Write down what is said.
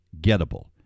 gettable